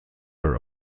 her